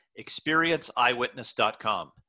ExperienceEyewitness.com